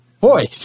Boy